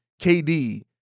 KD